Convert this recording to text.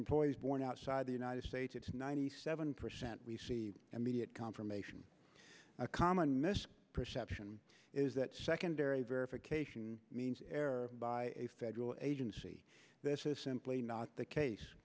employees born outside the united states ninety seven percent we see immediate confirmation a common mis perception is that secondary verification means error by a federal agency simply the case